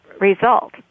result